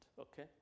okay